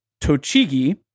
Tochigi